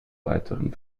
weiteren